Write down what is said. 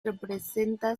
representa